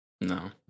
No